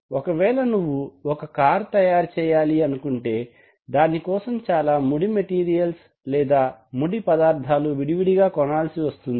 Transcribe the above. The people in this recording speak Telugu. ఒకవేళ నువ్వు ఒక కార్ తయారు చేయాలనుకుంటే దానికోసం చాలా ముడి మెటీరియల్స్ లేదా ముడి పదార్థాలు విడివిడిగా కొనాల్సి వస్తుంది